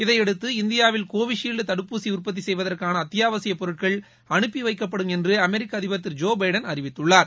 இதையடுத்து இந்தியாவில் கோவிஷீல்டு தடுப்பூசி உற்பத்தி செய்வதற்கான அத்தியாவசிய பொருட்கள் அனுப்பி வைக்கப்படும் என்று அமெரிக்க அதிபர் திரு ஜோ பைடன் அறிவித்துள்ளார்